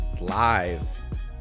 live